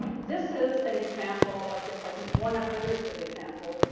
this is an example of just like one of hundreds of examples.